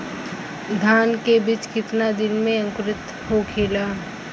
धान के बिज कितना दिन में अंकुरित होखेला?